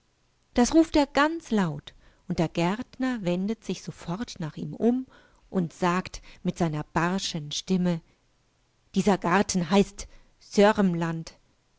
das ruft er ganz laut und der gärtner wendet sich sofort nach ihm um und sagt mit seiner barschen stimme dieser garten heißt